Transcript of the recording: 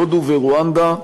הודו ורואנדה,